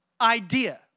idea